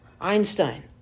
Einstein